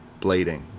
blading